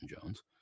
Jones